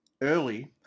early